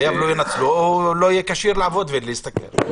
או לא יהיה כשיר לעבוד ולהשתכר.